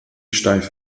steif